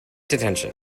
detonation